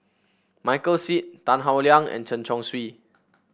Michael Seet Tan Howe Liang and Chen Chong Swee